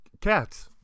Cats